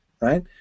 right